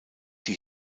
die